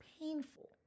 painful